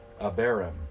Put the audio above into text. Abarim